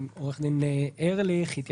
עו"ד ארליך מהייעוץ המשפטי של ועדת הכספים,